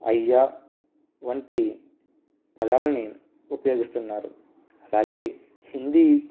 అయ్యా వంటి పదాలని ఉపయోగిస్తున్నారు అలాగే హిందీ